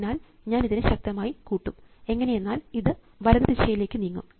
അതിനാൽ ഞാൻ ഇതിനെ ശക്തമായി കൂട്ടും എങ്ങനെയെന്നാൽ ഇത് വലത് ദിശയിലേക്ക് നീങ്ങും